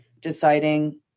deciding